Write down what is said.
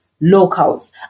locals